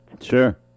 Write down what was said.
Sure